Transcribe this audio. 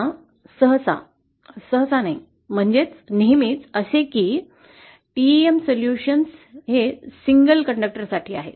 आता सहसा नाही म्हणजे नेहमीच असे की TEM सोल्यूशन सिंगल आहे